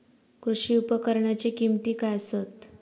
कृषी उपकरणाची किमती काय आसत?